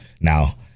now